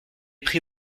pris